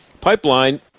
pipeline